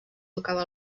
tocava